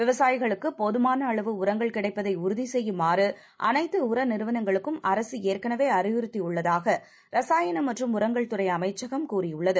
விவசாயிகளுக்குபோதுமானஅளவுஉரங்கள்கிடைப்பதைஉறுதிசெய்யுமாறு அனைத்துஉரநிறுவனங்களுக்கும்அரசுஏற்கனவேஅறிவுறுத்தியுள்ளதாகரசா யனம்மற்றும்உரங்கள்துறைஅமைச்சகம்கூறியுள்ளது